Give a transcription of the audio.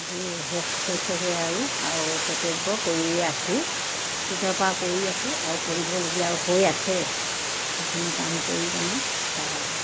দি শেষ হৈছেগে আৰু আৰু এই কৰ্তব্য কৰিয়ে আছো অতীতৰপৰা কৰি আছো আৰু কৰিবলগীয়াও হৈ আছে সেইখিনি কাম কৰি কেনে সহায় হয়